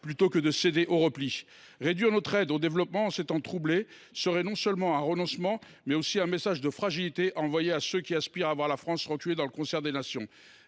plutôt que de céder à la tentation du repli. Réduire notre aide au développement en ces temps troublés serait non seulement un renoncement, mais aussi un message de fragilité adressé à ceux qui aspirent à voir la France reculer dans le concert des nations.